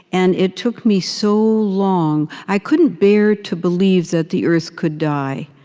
and it took me so long i couldn't bear to believe that the earth could die.